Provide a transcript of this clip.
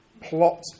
plot